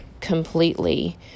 completely